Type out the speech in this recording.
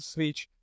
Switch